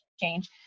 change